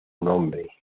nombre